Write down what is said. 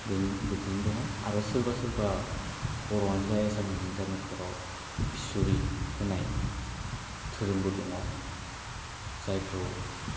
बेन बिदिनो दङ आरो सोरबा सोरबा बर'आनो जा एसानिसआनो जा नखराव बिसरि होनाय दोरोमबो दङ जायखौ